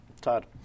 Todd